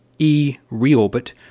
e-reorbit